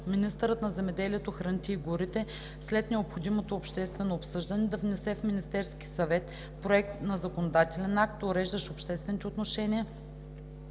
министърът на земеделието, храните и горите след необходимото обществено обсъждане да внесе в Министерския съвет проект на законодателен акт, уреждащ обществените отношения